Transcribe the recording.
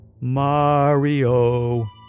Mario